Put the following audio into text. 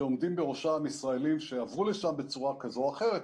שעומדים בראשן ישראלים שעברו לשם בצורה כזו או אחרת,